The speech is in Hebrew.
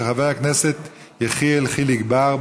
של חבר הכנסת יחיאל חיליק בר.